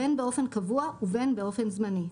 בין באופן קבוע ובין באופן זמני,